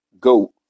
goat